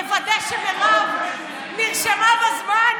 נוודא שמירב נרשמה בזמן,